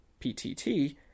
PTT